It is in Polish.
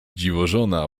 dziwożona